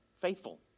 Faithful